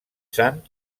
sant